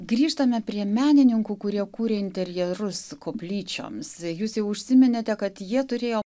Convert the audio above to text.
grįžtame prie menininkų kurie kūrė interjerus koplyčioms jūs jau užsiminėte kad jie turėjo